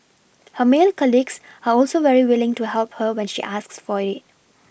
her male colleagues are also very willing to help her when she asks for it